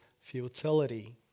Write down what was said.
futility